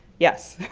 yes.